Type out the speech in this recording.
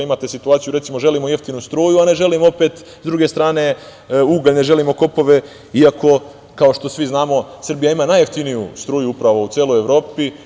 Imate situaciju želimo jeftinu struju, a ne želimo s druge strane ugalj, ne želimo kopove, i ako, kao što svi znamo Srbija ima najjeftiniju struju upravo u celoj Evropi.